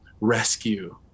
rescue